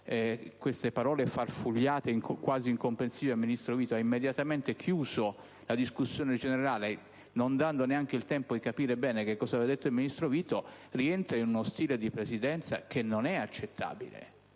le parole farfugliate e quasi incomprensibili del ministro Vito, ha immediatamente chiuso la discussione generale non dando neanche il tempo di capire bene le parole del ministro rientra in uno stile di Presidenza non accettabile,